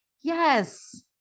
Yes